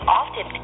often